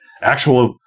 actual